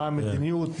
מה המדיניות,